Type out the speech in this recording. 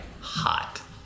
hot